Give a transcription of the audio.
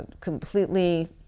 completely